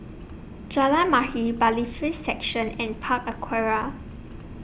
Jalan Mahir Bailiffs' Section and Park Aquaria